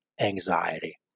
anxiety